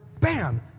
bam